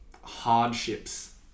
hardships